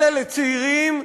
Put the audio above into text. כלא לצעירים,